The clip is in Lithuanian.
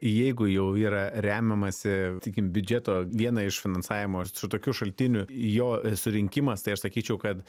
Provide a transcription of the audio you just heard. jeigu jau yra remiamasi tikim biudžeto vieną iš finansavimo iš tokių šaltinių jo surinkimas tai aš sakyčiau kad